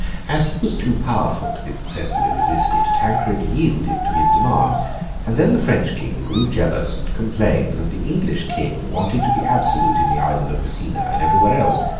as he was too powerful to be successfully resisted, tancred yielded to his demands and then the french king grew jealous, and complained that the english king wanted to be absolute in the island of messina and everywhere else.